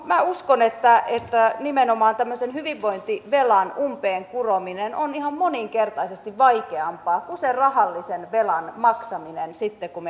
minä uskon että että nimenomaan tämmöisen hyvinvointivelan umpeen kurominen on ihan moninkertaisesti vaikeampaa kuin sen rahallisen velan maksaminen sitten kun